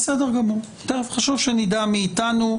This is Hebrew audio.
חשוב שנדע מי איתנו.